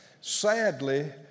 Sadly